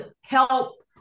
help